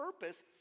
purpose